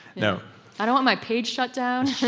no i don't want my page shut down